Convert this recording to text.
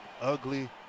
ugly